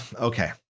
Okay